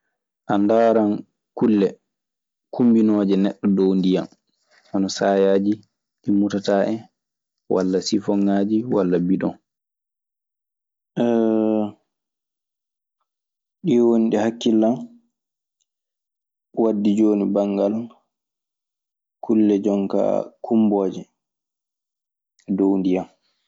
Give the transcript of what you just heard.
A ndaaran kulle kumbinooje neɗɗo dow ndiyan hono saayaaji ɗi ɓutataa en walla sifoŋaaji, walla bidon. ɗii woni ɗi hakkillan waddi jooni banngal kulle jonkaa kumbooje dow ndiyan